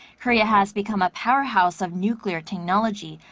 korea has become a powerhouse of nuclear technology,